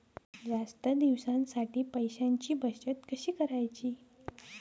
जास्त दिवसांसाठी पैशांची बचत कशी करायची?